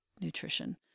nutrition